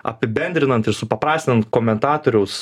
apibendrinant ir supaprastinant komentatoriaus